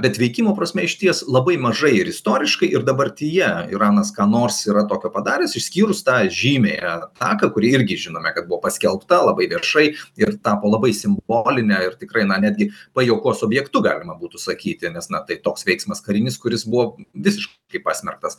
bet veikimo prasme išties labai mažai ir istoriškai ir dabartyje iranas ką nors yra tokio padaręs išskyrus tą žymiąją ataką kurį irgi žinome kad buvo paskelbta labai viešai ir tapo labai simboline ir tikrai na netgi pajuokos objektu galima būtų sakyti nes na tai toks veiksmas karinis kuris buvo visiškai pasmerktas